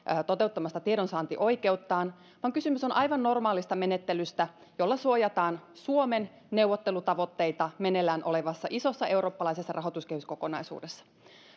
toteuttamasta tiedonsaantioikeuttaan vaan kysymys on aivan normaalista menettelystä jolla suojataan suomen neuvottelutavoitteita meneillään olevassa isossa eurooppalaisessa rahoituskehyskokonaisuudessa